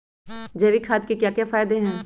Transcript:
जैविक खाद के क्या क्या फायदे हैं?